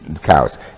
cows